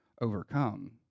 overcome